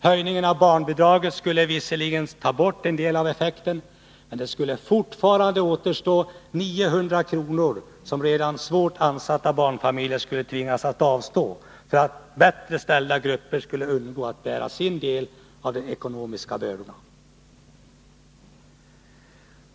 Höjningen av barnbidraget skulle visserligen ta bort en del av den effekten, men det skulle ändå återstå 900 kr., som redan svårt ansatta barnfamiljer skulle tvingas att avstå från för att bättre ställda grupper skulle undgå att bära sin del av de ekonomiska bördorna.